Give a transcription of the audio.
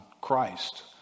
Christ